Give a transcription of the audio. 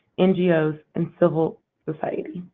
ngos, and civil society.